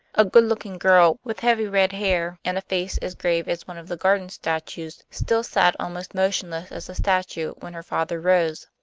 a good-looking girl with heavy red hair and a face as grave as one of the garden statues, still sat almost motionless as a statue when her father rose.